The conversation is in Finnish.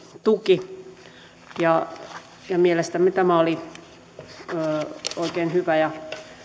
tuki mielestämme tämä oli oikein hyvä ja